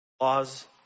law's